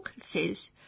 says